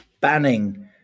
banning